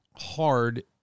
hard